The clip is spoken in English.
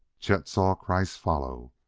chet saw kreiss follow.